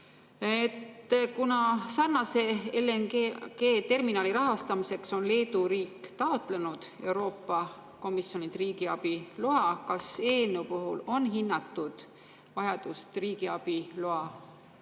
Kuna sarnase LNG-terminali rahastamiseks on Leedu riik taotlenud Euroopa Komisjonilt riigiabi luba, siis kas eelnõu puhul on hinnatud vajadust riigiabi loa